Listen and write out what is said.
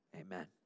Amen